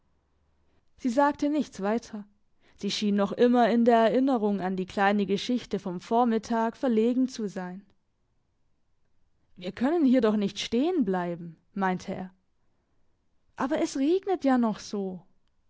sie sagte nichts weiter sie schien noch immer in der erinnerung an die kleine geschichte vom vormittag verlegen zu sein wir können hier doch nicht stehen bleiben meinte er aber es regnet ja noch so